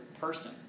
person